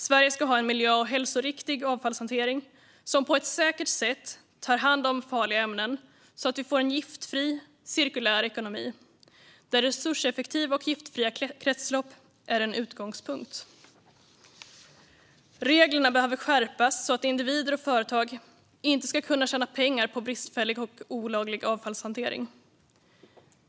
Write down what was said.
Sverige ska ha en miljö och hälsoriktig avfallshantering som på ett säkert sätt tar hand om farliga ämnen så att vi får en giftfri cirkulär ekonomi där resurseffektiva och giftfria kretslopp är en utgångspunkt. Reglerna behöver skärpas så att individer och företag inte ska kunna tjäna pengar på bristfällig eller olaglig avfallshantering.